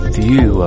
view